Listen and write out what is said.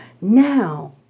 Now